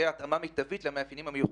משותפת.